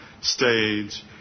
stage